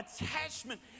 attachment